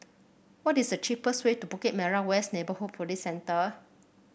what is the cheapest way to Bukit Merah West Neighbourhood Police Centre